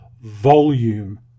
volume